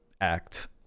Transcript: act